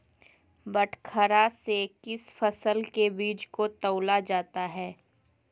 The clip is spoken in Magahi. बटखरा से किस फसल के बीज को तौला जाता है?